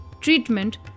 treatment